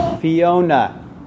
Fiona